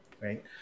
right